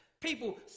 people